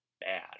bad